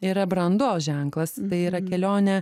yra brandos ženklas tai yra kelionė